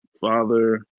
father